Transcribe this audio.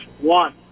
One